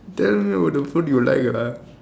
damn weird all the food you like lah